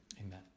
Amen